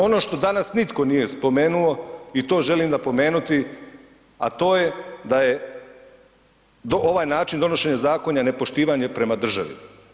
Ono što danas nitko nije spomenuo i to želim napomenuti, a to je da je do, ovaj način donošenja zakona nepoštivanje prema državi.